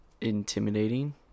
intimidating